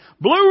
Blue